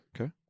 Okay